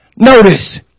Notice